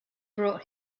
brought